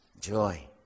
joy